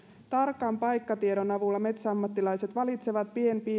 tarkan paikkatiedon avulla metsäammattilaiset valitsevat